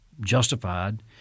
justified